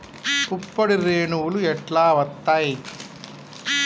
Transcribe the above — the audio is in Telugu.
పుప్పొడి రేణువులు ఎట్లా వత్తయ్?